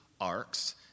arcs